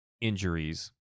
injuries